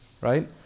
right